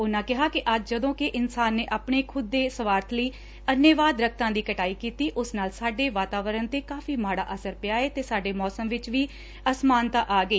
ਉਨ੍ਹਾ ਕਿਹਾ ਕਿ ਅੱਜ ਜਦੋ ਕਿ ਇਨਸਾਨ ਨੇ ਆਪਣੇ ਖੁਦ ਦੇ ਸਵਾਰਥ ਲਈ ਅੰਨੇਵਾਹ ਦਰਖਤਾ ਦੀ ਕਟਾਈ ਕੀਤੀ ਉਸ ਨਾਲ ਸਾਡੇ ਵਾਤਾਵਰਣ ਦੇ ਕਾਫੀ ਮਾਜਾ ਅਸਰ ਪਿਆ ਏ ਅਤੇ ਸਾਡੇ ਮੌਸਮ ਵਿਚ ਵੀ ਅਸਮਾਨਤਾ ਆ ਗਈ